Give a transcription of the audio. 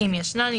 אם ישנן,